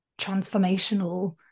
transformational